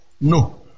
No